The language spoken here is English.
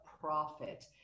profit